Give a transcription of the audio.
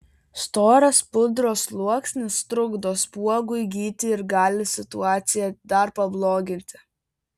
storas pudros sluoksnis trukdo spuogui gyti ir gali situaciją dar pabloginti